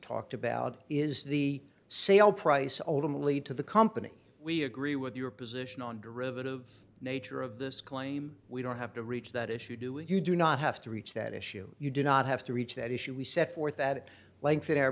talked about is the sale price ultimately to the company we agree with your position on derivative nature of this claim we don't have to reach that issue do it you do not have to reach that issue you do not have to reach that issue we set forth at l